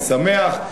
ואני שמח.